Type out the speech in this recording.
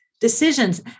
decisions